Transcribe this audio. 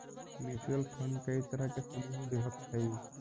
mutual fund कई तरह के समूह में विभक्त हई